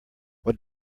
what